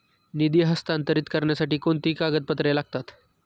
निधी हस्तांतरित करण्यासाठी कोणती कागदपत्रे लागतात?